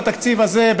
בתקציב הזה,